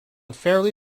fairly